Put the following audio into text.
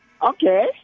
Okay